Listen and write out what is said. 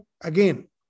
again